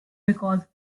because